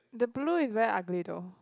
the blue is very ugly though